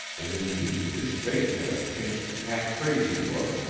and indeed his face had a pinched, half-crazy look.